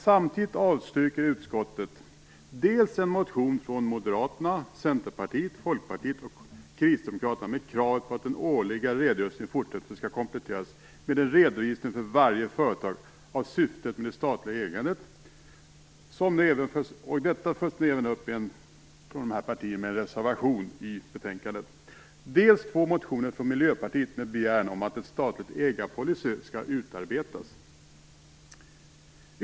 Samtidigt avstyrker utskottet en motion från Moderaterna, Centerpartiet, Folkpartiet och Kristdemokraterna med kravet att den årliga redogörelsen i fortsättningen skall kompletteras med en redovisning för varje företag av syftet med det statliga ägandet. Detta följs nu även upp av dessa partier i en reservation till betänkandet. Utskottet avstyrker också två motioner från Miljöpartiet med begäran om att en statlig ägarpolicy skall utarbetas.